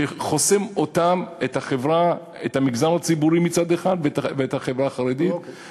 שחוסם את המגזר הציבורי מצד אחד ואת החברה החרדית מצד שני.